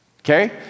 okay